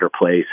place